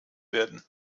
werden